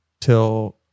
till